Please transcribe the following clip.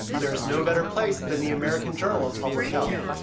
there's no better place than the american journal of public health.